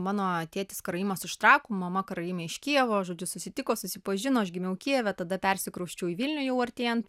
mano tėtis karaimas iš trakų mama karaimė iš kijevo žodžiu susitiko susipažino aš gimiau kijeve tada persikrausčiau į vilnių jau artėjant